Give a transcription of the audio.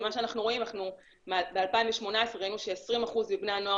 ממה שאנחנו רואים ב-2018 ראינו ש-20% מבני הנוער